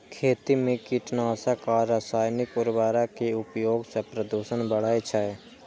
खेती मे कीटनाशक आ रासायनिक उर्वरक के उपयोग सं प्रदूषण बढ़ै छै